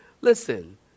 Listen